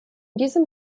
diesem